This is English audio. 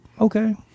okay